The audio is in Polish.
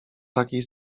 takiej